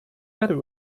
better